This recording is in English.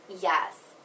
Yes